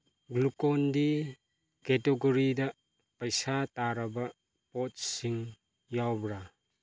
Glucon D ꯀꯦꯇꯒꯣꯔꯤꯗ ꯄꯩꯁꯥ ꯇꯥꯔꯕ ꯄꯣꯠꯁꯤꯡ ꯌꯥꯎꯕ꯭ꯔꯥ